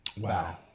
Wow